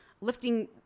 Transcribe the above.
lifting